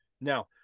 Now